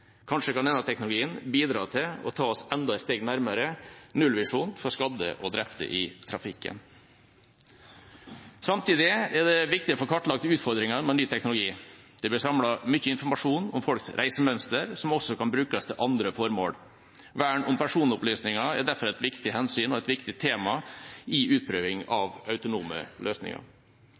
Kanskje kan denne teknologien bidra til å ta oss enda et steg nærmere nullvisjonen om skadde og drepte i trafikken. Samtidig er det viktig å få kartlagt utfordringene med ny teknologi. Det blir samlet mye informasjon om folks reisemønster som også kan brukes til andre formål. Vern om personopplysninger er derfor et viktig hensyn og et viktig tema i utprøvingen av autonome løsninger.